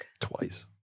Twice